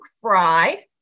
Fry